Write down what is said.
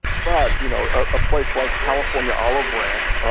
but you know a place like california olive ranch, ah